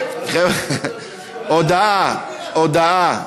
הודעה, הודעה.